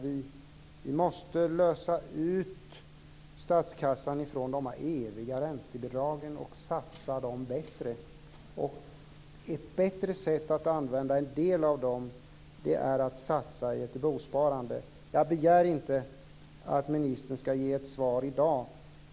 Vi måste lösa ut statskassan från de eviga räntebidragen och satsa dem bättre. Ett bättre sätt att använda en del av dem är att satsa i ett bosparande. Jag begär inte att ministern ska ge ett svar i dag.